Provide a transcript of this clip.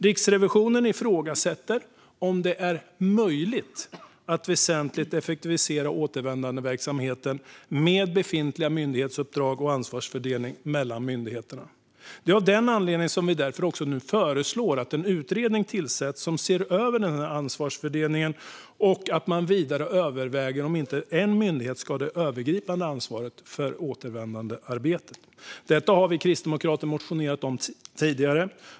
Riksrevisionen ifrågasätter om det är möjligt att väsentligt effektivisera återvändandeverksamheten med befintliga myndighetsuppdrag och befintlig ansvarsfördelning mellan myndigheterna. Av denna anledning har vi därför föreslagit att en utredning tillsätts som ska se över ansvarsfördelningen och vidare överväga om det inte borde vara en myndighet som ska ha det övergripande ansvaret för återvändandearbetet. Detta har vi i Kristdemokraterna motionerat om tidigare.